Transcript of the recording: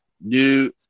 new